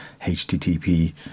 HTTP